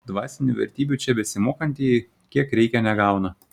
dvasinių vertybių čia besimokantieji kiek reikia negauna